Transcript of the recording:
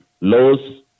laws